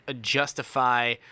justify